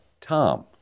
Tom